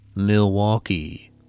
milwaukee